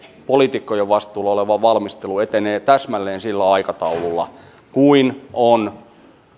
poliitikkojen vastuulla oleva valmistelu etenee täsmälleen sillä aikataululla kuin on